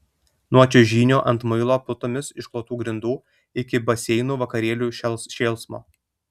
nuo čiuožynių ant muilo putomis išklotų grindų iki baseinų vakarėlių šėlsmo